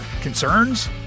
Concerns